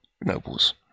Nobles